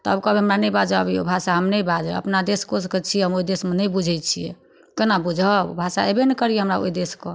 तब कहबै हमरा नहि बाजऽ अबैए ओ भाषा हम नहि बाजब अपना देश कोसके छी हम ओहि देशमे नहि बुझै छिए कोना बुझब भाषा अएबे नहि करैए हमरा ओहि देशके